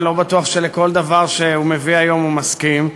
אני לא בטוח שלכל דבר שהוא מביא היום הוא מסכים.